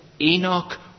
enoch